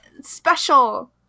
special